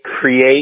create